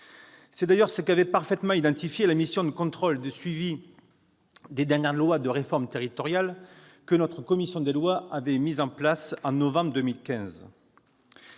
C'est d'ailleurs ce qu'avait parfaitement identifié la mission de contrôle et de suivi de la mise en oeuvre des dernières lois de réforme territoriale, que notre commission des lois avait mise en place en novembre 2015.